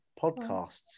podcasts